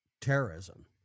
terrorism